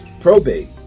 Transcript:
probate